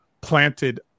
planted